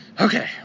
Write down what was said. Okay